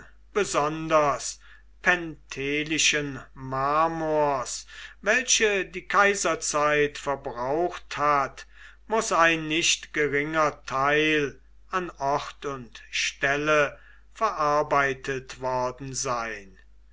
besonders pentelischen marmors welche die kaiserzeit verbraucht hat muß ein nicht geringer teil an ort und stelle verarbeitet worden sein